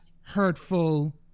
hurtful